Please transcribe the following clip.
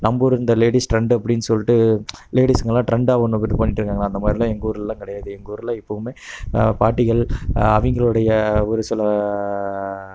நம்மூர் இந்த ladies trend அப்படின்னு சொல்லிட்டு லேடீஸ்ங்கள்லாம் ட்ரெண்டாக ஒன்று இது பண்ணிட்டு இருக்காங்களே அந்தமாதிரிலாம் எங்கூரில்லாம் கிடையாது எங்கூரில் இப்போவுமே பாட்டிகள் அவங்களோடய ஒரு சில